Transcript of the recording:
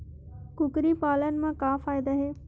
कुकरी पालन म का फ़ायदा हे?